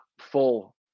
full